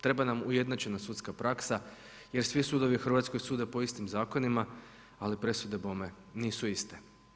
Treba nam ujednačena sudska praksa jer svi sudovi u Hrvatskoj sude po istim zakonima, ali presude bome nisu iste.